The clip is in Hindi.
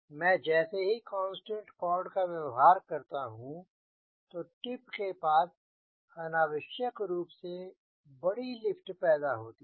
मैं जैसे ही कांस्टेंट कॉर्ड का व्यवहार करता हूँ तो टिप के पास अनावश्यक रूप से बड़ी लिफ्ट पैदा होती है